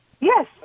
Yes